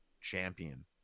champion